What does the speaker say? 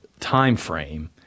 timeframe